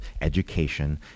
education